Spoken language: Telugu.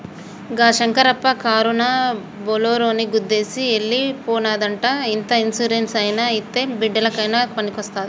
గా శంకరప్ప కారునా బోలోరోని గుద్దేసి ఎల్లి పోనాదంట ఇంత ఇన్సూరెన్స్ అయినా ఇత్తే బిడ్డలకయినా పనికొస్తాది